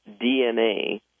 DNA